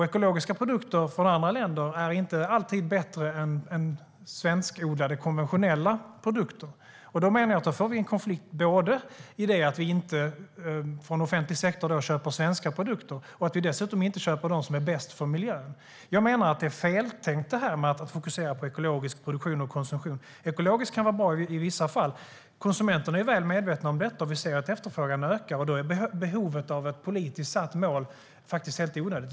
Ekologiska produkter från andra länder är inte alltid bättre än svenskodlade konventionella produkter. Då blir det en konflikt i att offentlig sektor inte köper svenska produkter och dessutom inte köper de som är bäst för miljön. Det är feltänkt att fokusera på ekologisk produktion och konsumtion. Ekologiskt kan vara bra i vissa fall. Konsumenterna är väl medvetna om detta, och vi ser att efterfrågan ökar. Då är ett politiskt satt mål helt onödigt.